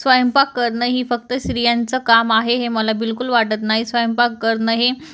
स्वयंपाक करणं ही फक्त स्त्रियांचं काम आहे हे मला बिलकुल वाटत नाही स्वयंपाक करणं हे